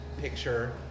picture